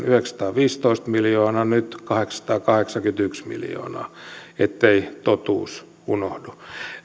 yhdeksänsataaviisitoista miljoonaa nyt kahdeksansataakahdeksankymmentäyksi miljoonaa ettei totuus unohdu